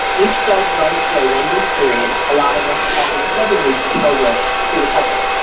each club runs for a one week period allowing us to offer seven weeks of programming to the public.